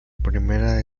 primera